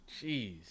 Jeez